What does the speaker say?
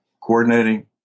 coordinating